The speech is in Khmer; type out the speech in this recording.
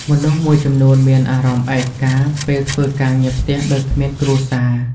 មនុស្សមួយចំំនួនមានអារម្មណ៍ឯកា ពេលធ្វើការងារផ្ទះដោយគ្មានគ្រួសារ។